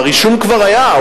אבל הרישום כבר היה,